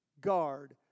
guard